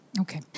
Okay